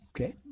Okay